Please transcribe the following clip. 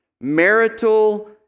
marital